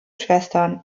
schwestern